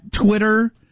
Twitter